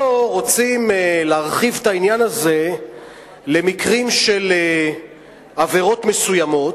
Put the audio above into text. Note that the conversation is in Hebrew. פה רוצים להרחיב את העניין הזה למקרים של עבירות מסוימות,